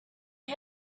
you